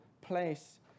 place